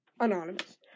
Anonymous